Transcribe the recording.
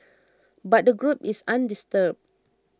but the group is undisturbed